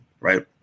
right